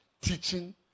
teaching